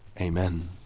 Amen